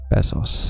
Pesos